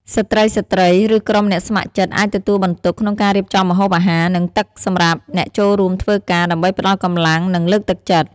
ស្ត្រីៗ ឬក្រុមអ្នកស្ម័គ្រចិត្តអាចទទួលបន្ទុកក្នុងការរៀបចំម្ហូបអាហារ និងទឹកសម្រាប់អ្នកចូលរួមធ្វើការ ដើម្បីផ្តល់កម្លាំង និងលើកទឹកចិត្ត។